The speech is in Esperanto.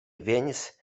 venis